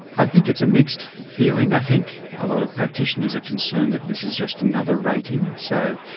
i think it's a mixed feeling. i think a lot of practitioners are concerned that this is just another rating. so,